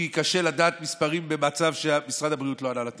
כי קשה לדעת מספרים במצב שמשרד הבריאות לא ענה על טלפונים,